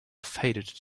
faded